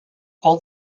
all